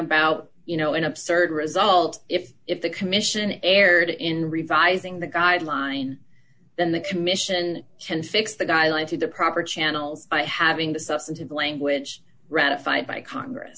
about you know an absurd result if if the commission erred in revising the guideline then the commission can fix the guy lied to the proper channels by having the substantive language ratified by congress